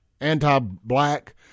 anti-black